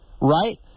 Right